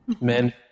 men